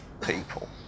people